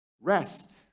Rest